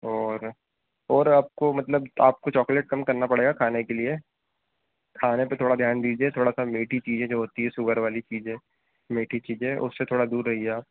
और और आपको मतलब आपको चोकलेट कम करना पड़ेगा खाने के लिए खाने पर थोड़ा ध्यान दीजिए थोड़ा सा मीठी चीज़ें जो होती हैं सुगर वाली मीठी चीज़ें उससे थोड़ा दूर रहिए आप